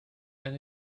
and